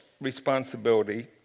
responsibility